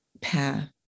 path